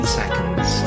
seconds